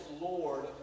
Lord